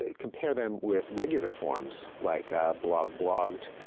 ah compare them with regular forms, like blog blogged,